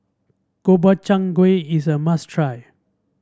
Gobchang Gui is a must try